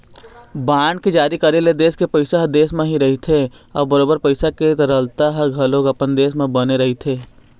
bond के जारी करे ले देश के पइसा ह देश म ही रहिथे अउ बरोबर पइसा के तरलता ह घलोक अपने देश म बने रहिथे